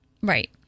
Right